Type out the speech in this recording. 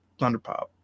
Thunderpop